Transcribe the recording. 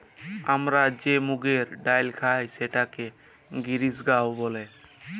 আমরা যে মুগের ডাইল খাই সেটাকে গিরিল গাঁও ব্যলে